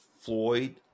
Floyd